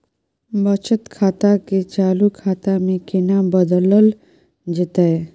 बचत खाता के चालू खाता में केना बदलल जेतै?